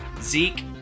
Zeke